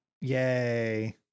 Yay